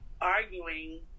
arguing